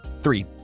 Three